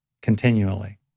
continually